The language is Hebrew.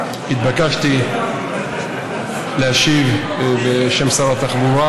התבקשתי להשיב בשם שר התחבורה.